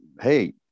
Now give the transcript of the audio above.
Hey